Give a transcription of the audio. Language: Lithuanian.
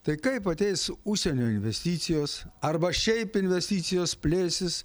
tai kaip ateis užsienio investicijos arba šiaip investicijos plėsis